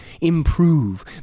improve